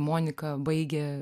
monika baigė